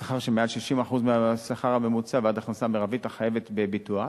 השכר שמעל 60% מהשכר הממוצע ועד ההכנסה המרבית החייבת בביטוח,